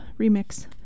remix